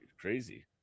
crazy